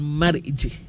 marriage